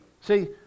See